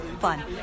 fun